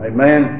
Amen